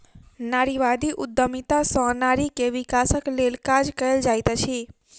नारीवादी उद्यमिता सॅ नारी के विकासक लेल काज कएल जाइत अछि